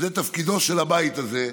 זה תפקידו של הבית הזה,